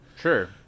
Sure